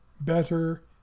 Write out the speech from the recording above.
better